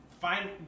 find